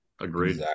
Agreed